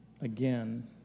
Again